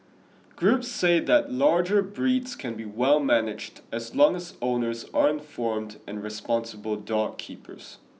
groups say that larger breeds can be well managed as long as owners are informed and responsible dog keepers